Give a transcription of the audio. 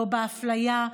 לא באפליה,